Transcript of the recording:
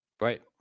Right